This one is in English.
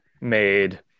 made